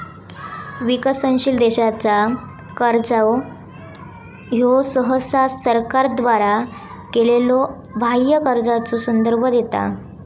विकसनशील देशांचा कर्जा ह्यो सहसा सरकारद्वारा घेतलेल्यो बाह्य कर्जाचो संदर्भ देता